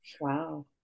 Wow